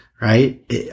Right